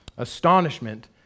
astonishment